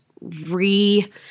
re-